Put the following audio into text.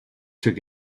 took